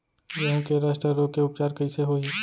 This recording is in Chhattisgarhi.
गेहूँ के रस्ट रोग के उपचार कइसे होही?